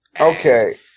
okay